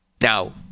Now